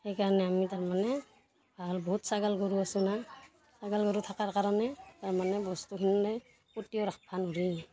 সেইকাৰণে আমি তাৰমানে ভাল বহুত ছাগাল গৰু আছোঁ না ছাগাল গৰু থাকাৰ কাৰণে তাৰমানে বস্তুখিনি মানে পুতিও ৰাখবা নোৰি